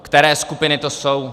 Které skupiny to jsou?